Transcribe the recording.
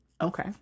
okay